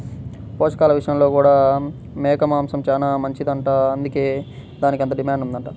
పోషకాల విషయంలో కూడా మేక మాంసం చానా మంచిదంట, అందుకే దానికంత డిమాండ్ ఉందంట